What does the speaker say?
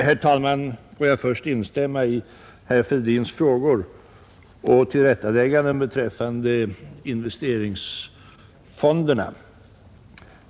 Herr talman! Får jag först instämma i herr Fälldins tillrättalägganden beträffande investeringsfonderna.